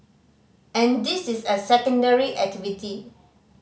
and this is a secondary activity